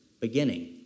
beginning